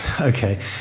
Okay